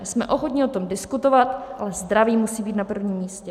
Jsme ochotni o tom diskutovat, ale zdraví musí být na prvním místě.